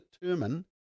determine